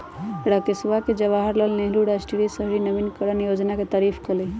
राकेशवा ने जवाहर लाल नेहरू राष्ट्रीय शहरी नवीकरण योजना के तारीफ कईलय